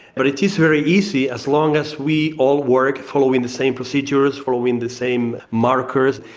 but it is very easy as long as we all work following the same procedures, following the same markers,